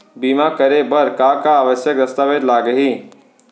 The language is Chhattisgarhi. बीमा करे बर का का आवश्यक दस्तावेज लागही